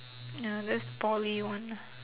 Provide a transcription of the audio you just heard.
ya that's poly one lah